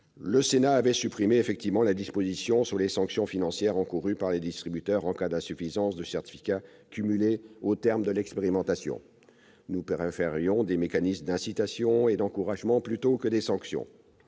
avait supprimé la disposition sur les sanctions financières encourues par les distributeurs en cas d'insuffisance de certificats accumulés au terme de l'expérimentation. Nous préférions des mécanismes d'incitation et d'encouragement plutôt que des sanctions.